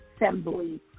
assembly